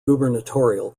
gubernatorial